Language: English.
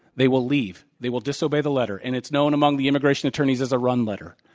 they will leave. they will disobey the letter. and it's known among the immigration attorneys as a run letter.